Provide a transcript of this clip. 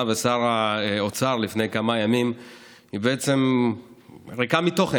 ושר האוצר לפני כמה ימים היא בעצם ריקה מתוכן.